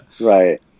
Right